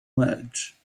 ledge